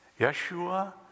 Yeshua